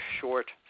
short